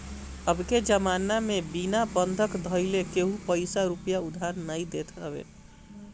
अबके जमाना में बिना बंधक धइले केहू पईसा रूपया उधार नाइ देत हवे